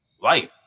life